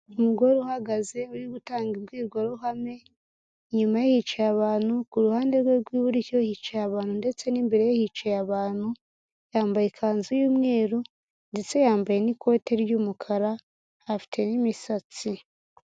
Umugore uhagaze uri gutanga imbwirwaruhame, inyuma ye hicaye abantu, ku ruhande rwe rw'iburyo hicaye abantu ndetse n'imbere ye hicaye abantu, yambaye ikanzu y'umweru ndetse yambaye n'ikote ry'umukara afite n'imisatsi.